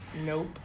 nope